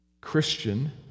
Christian